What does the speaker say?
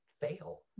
fail